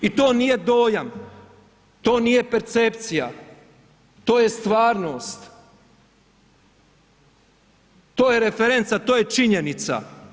I to nije dojam, to nije percepcija, to je stvarnost, to je referenca, to je činjenica.